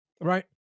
right